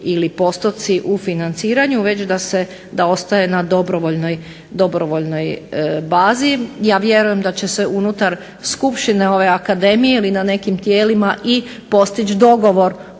ili postotci u financiranju već da ostaje na dobrovoljnoj bazi. Ja vjerujem da će se unutar skupštine ove akademije ili na nekim tijelima i postići dogovor